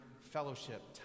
fellowship